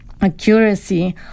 accuracy